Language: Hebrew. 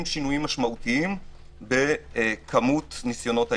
שינויים משמעותיים בכמויות ניסיונות ההתחזות.